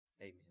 Amen